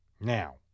Now